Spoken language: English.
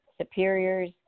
superiors